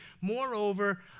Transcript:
Moreover